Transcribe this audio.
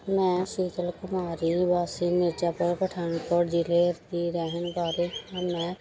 ਮੈਂ ਸ਼ੀਤਲ ਕੁਮਾਰੀ ਵਾਸੀ ਮਿਰਜ਼ਾਪੁਰ ਪਠਾਨਕੋਟ ਜ਼ਿਲ੍ਹੇ ਦੀ ਰਹਿਣ ਵਾਲੀ ਹਾਂ ਮੈਂ